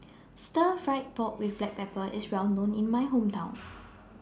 Stir Fry Pork with Black Pepper IS Well known in My Hometown